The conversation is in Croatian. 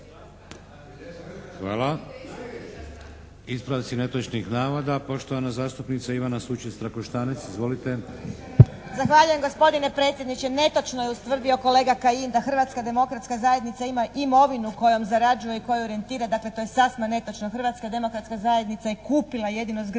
Hvala. Ispravci netočnih navoda. Poštovana zastupnica Ivana Sučec-Trakoštanec. Izvolite. **Sučec-Trakoštanec, Ivana (HDZ)** Zahvaljujem gospodine predsjedniče. Netočno je utvrdio kolega Kajin da Hrvatska demokratska zajednica ima imovinu kojom zarađuje i koju orijentira. Dakle, to je sasma netočno. Hrvatska demokratska zajednica je kupila jedino zgradu